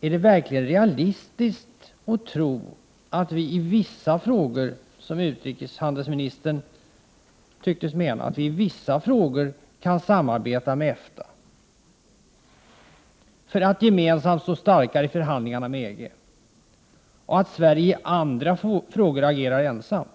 Är det verkligen realistiskt att tro att vi i vissa frågor, som utrikeshandelsministern tycktes mena, skall samarbeta med EFTA för att gemensamt stå starkare i förhandlingarna med EG och att vi i andra frågor skall agera ensamma?